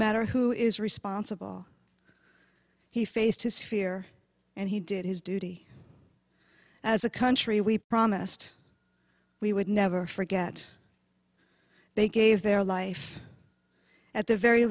matter who is responsible he faced his fear and he did his duty as a country we promised we would never forget they gave their life at the very